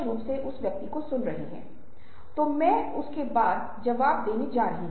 सामूहिक संस्कृतियों में साझाकरण पर ध्यान केंद्रित किया जाता है